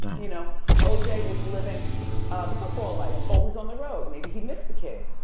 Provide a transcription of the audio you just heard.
you know o j. was living the football life, always on the road. maybe he missed the kids.